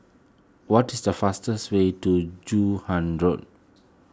what is the fastest way to Joon Hiang Road